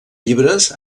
llibres